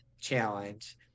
challenge